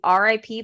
RIP